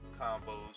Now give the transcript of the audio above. combos